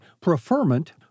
preferment